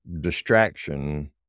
distraction